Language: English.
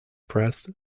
press